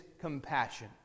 compassion